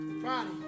Friday